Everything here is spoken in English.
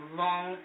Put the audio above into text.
long